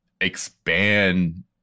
expand